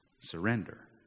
surrender